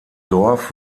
dorf